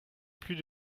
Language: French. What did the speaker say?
plus